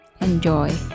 Enjoy